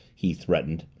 he threatened.